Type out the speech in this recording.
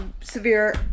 severe